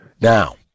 Now